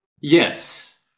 Yes